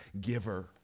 giver